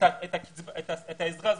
העזרה הזו,